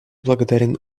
благодарен